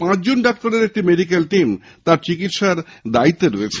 পাঁচ ডাক্তারের একটি মেডিক্যাল টিম তার চিকিৎসার দায়িত্বে রয়েছেন